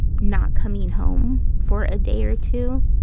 not coming home for a day or two.